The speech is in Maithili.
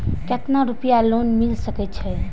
केतना रूपया लोन मिल सके छै?